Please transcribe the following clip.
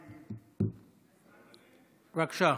בבקשה,